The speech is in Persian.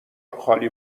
خالی